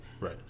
Right